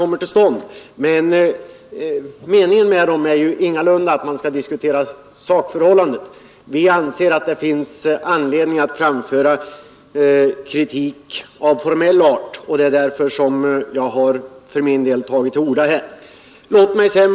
Meningen med dem är ju ingalunda att man skall diskutera sakförhållanden. Vi anser att det finns anledning att framföra kritik av formell art, och det därför jag har tagit till orda.